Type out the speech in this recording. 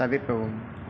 தவிர்க்கவும்